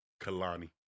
Kalani